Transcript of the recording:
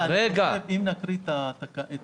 אם נקרא את התקנות